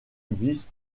vice